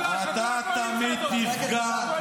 קואליציה שדואגת רק לעצמה,